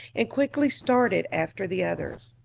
and quickly started after the others,